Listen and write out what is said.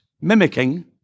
mimicking